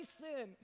sin